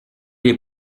les